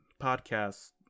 podcast